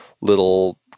little